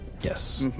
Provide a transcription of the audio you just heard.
Yes